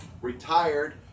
retired